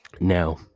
Now